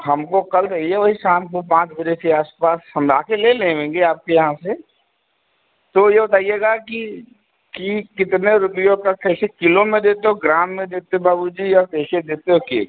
हमको कल कहिए है शाम को पाँच बजे के आस पास हम आकर ले लेंगे आपके यहाँ से तो यह बताइएगा कि कि कितने रुपयों तक कैसे किलो में देते हो ग्राम में देते बाबू जी या कैसे देते हो केक